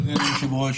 אדוני היושב-ראש,